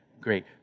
great